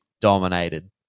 dominated